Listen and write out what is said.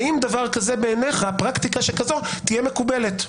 האם פרקטיקה שכזאת תהיה מקובלת בעיניך?